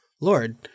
Lord